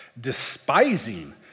despising